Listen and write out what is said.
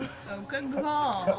good call.